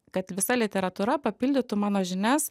kad visa literatūra papildytų mano žinias